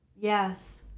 Yes